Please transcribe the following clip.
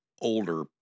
older